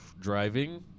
driving